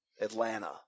Atlanta